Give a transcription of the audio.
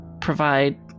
provide